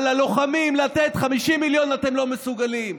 אבל לתת ללוחמים 50 מיליון אתם לא מסוגלים.